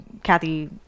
kathy